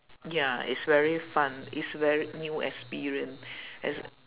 ya it's very fun it's ver~ new experience es~